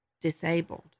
disabled